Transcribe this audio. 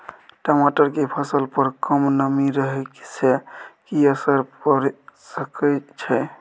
टमाटर के फसल पर कम नमी रहै से कि असर पैर सके छै?